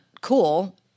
cool